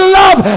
love